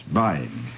buying